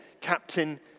Captain